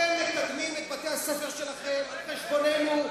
אתם מקדמים את בתי-הספר שלכם על חשבוננו,